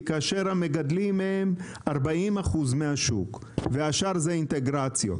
כאשר המגדלים הם 40% מהשוק והשאר זה אינטגרציות.